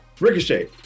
ricochet